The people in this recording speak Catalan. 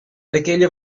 aquella